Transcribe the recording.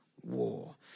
war